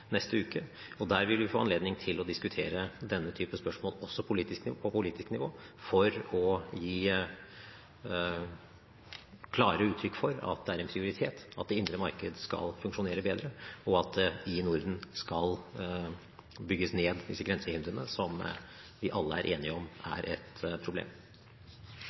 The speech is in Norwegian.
neste uke. Der vil vi få anledning til å diskutere denne type spørsmål, også på politisk nivå for å gi klart uttrykk for at det er en prioritet at det indre marked skal funksjonere bedre, og at disse grensehindrene, som vi alle er enige om er et problem,